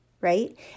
right